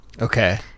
Okay